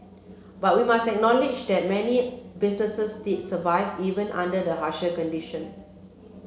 but we must acknowledge that many businesses did survive even under the harsher condition